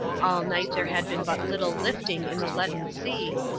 all night there had been but little lifting in the leaden sea,